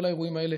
כל האירועים האלה